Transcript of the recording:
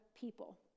people